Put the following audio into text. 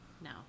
No